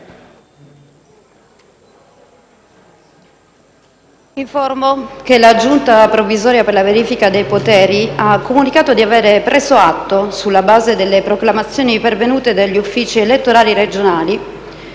Informo che la Giunta provvisoria per la verifica dei poteri ha comunicato di aver preso atto, sulla base delle proclamazioni pervenute dagli Uffici elettorali regionali,